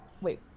wait